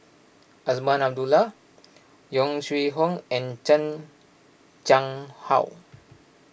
Azman Abdullah Yong Shu Hoong and Chan Chang How